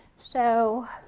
so